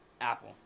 Apple